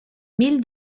mil